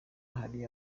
hari